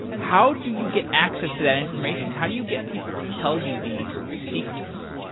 how do you get access to that information? how do you get people to tell you these secrets?